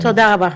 תודה רבה.